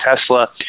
Tesla